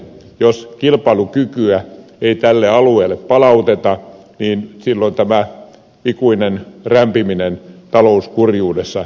jos kilpailukykyä ei tälle alueelle palauteta silloin tämä ikuinen rämpiminen talouskurjuudessa jatkuu